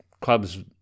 clubs